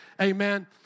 Amen